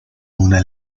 una